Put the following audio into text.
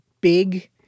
big